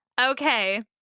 Okay